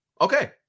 Okay